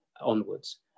onwards